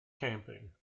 camping